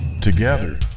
Together